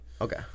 Okay